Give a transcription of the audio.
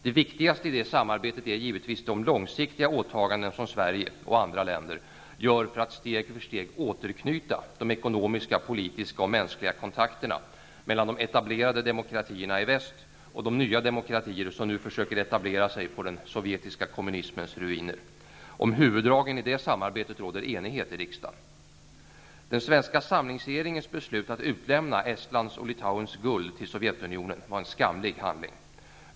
Det viktigaste i det samarbetet är givetvis de långsiktiga åtaganden som Sverige, och andra länder, gör för att steg för steg återknyta de ekonomiska, politiska och mänskliga kontakterna mellan de etablerade demokratierna i väst och de nya demokratier som nu försöker etablera sig på den sovjetiska kommunismens ruiner. Om huvuddragen i det samarbetet råder enighet i riksdagen. Sovjetunionen var en skamlig handling.